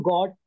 God